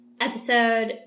episode